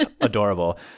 adorable